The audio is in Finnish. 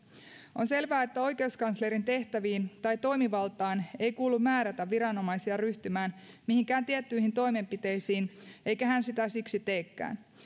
on selvää että oikeuskanslerin tehtäviin tai toimivaltaan ei kuulu määrätä viranomaisia ryhtymään mihinkään tiettyihin toimenpiteisiin eikä hän sitä siksi teekään